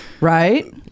Right